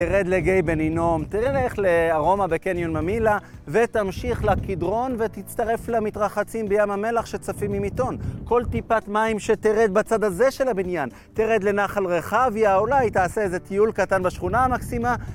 תרד לגיא בן הינום, תלך לארומה בקניון ממילא ותמשיך לכדרון ותצטרף למתרחצים בים המלח שצפים ממיתון. כל טיפת מים שתרד בצד הזה של הבניין, תרד לנחל רחביה, אולי תעשה איזה טיול קטן בשכונה המקסימה.